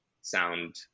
sound